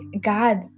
God